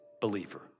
believer